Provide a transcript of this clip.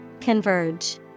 Converge